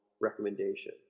recommendation